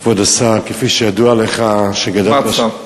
כבוד השר, כפי שידוע לך, כמעט שר.